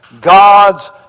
God's